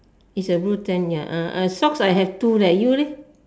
is a blue tank ya uh socks I have two leh you leh